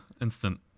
instant